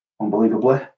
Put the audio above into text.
unbelievably